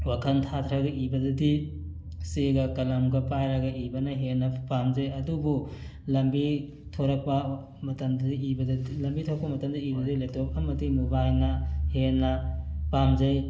ꯋꯥꯈꯜ ꯊꯥꯊꯔꯒ ꯏꯕꯗꯗꯤ ꯆꯦꯒ ꯀꯂꯝꯒ ꯄꯥꯏꯔꯒ ꯏꯕꯅ ꯍꯦꯟꯅ ꯄꯥꯝꯖꯩ ꯑꯗꯨꯕꯨ ꯂꯝꯕꯤ ꯊꯣꯔꯛꯄ ꯃꯇꯝꯗꯗꯤ ꯏꯕꯗ ꯂꯝꯕꯤ ꯊꯣꯔꯛꯄ ꯃꯇꯝꯗ ꯏꯕꯗꯗꯤ ꯂꯦꯞꯇꯣꯞ ꯑꯃꯗꯤ ꯃꯣꯕꯥꯏꯜꯅ ꯍꯦꯟꯅ ꯄꯥꯝꯖꯩ